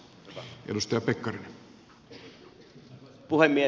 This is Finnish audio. arvoisa puhemies